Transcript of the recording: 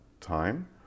time